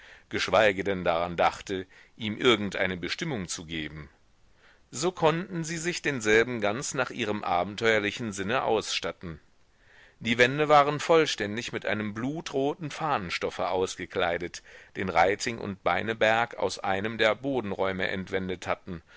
geschweige denn daran dachte ihm irgendeine bestimmung zu geben so konnten sie sich denselben ganz nach ihrem abenteuerlichen sinne ausstatten die wände waren vollständig mit einem blutroten fahnenstoffe ausgekleidet den reiting und beineberg aus einem der bodenräume entwendet hatten